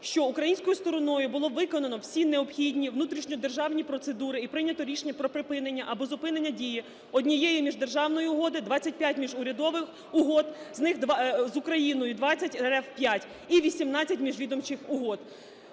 що українською стороною було виконано всі необхідні внутрішньодержавні процедури і прийнято рішення про припинення або зупинення дії однієї міждержавної угоди, 25 міжурядових угод, з них… з Україною – 20, РФ – 5 і 18 міжвідомчих угод.